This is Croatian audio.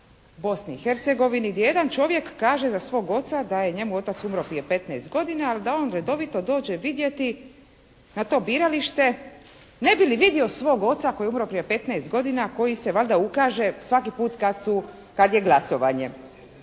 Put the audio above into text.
gdje jedan čovjek kaže za svog oca da je njemu otac umro prije 15 godina ali da on redovito dođe vidjeti na to biralište ne bi li vidio svog oca koji je umro prije 15 godina a koji se valjda ukaže svaki put kad su, kad je glasovanje.